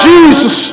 Jesus